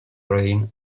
rane